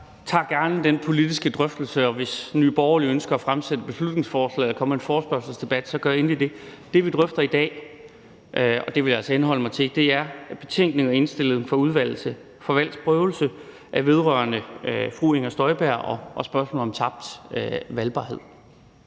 tager gerne den politiske drøftelse – og hvis Nye Borgerlige ønsker at fremsætte et beslutningsforslag eller komme med en forespørgselsdebat, så gør endelig det. Det, vi drøfter i dag, er – og det vil jeg altså henholde mig til – betænkning og indstilling fra Udvalget til Valgs Prøvelse vedrørende fru Inger Støjberg og spørgsmålet om tabt valgbarhed.